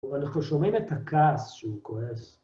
אבל אנחנו שומעים את הכעס שהוא כועס.